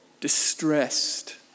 distressed